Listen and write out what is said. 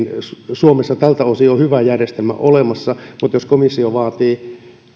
suomessa tältä osin on hyvä järjestelmä olemassa jos komissio vaatii